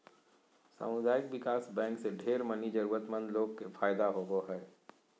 सामुदायिक विकास बैंक से ढेर मनी जरूरतमन्द लोग के फायदा होवो हय